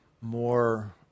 more